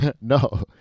No